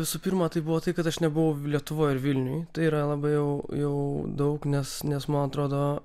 visų pirma tai buvo tai kad aš nebuvau lietuvoj ir vilniuj tai yra labai jau jau daug nes nes man atrodo